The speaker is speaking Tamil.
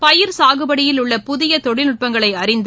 பயிர் சாகுபடியில் உள்ள புதிய தொழில்நுட்பங்களை அறிந்து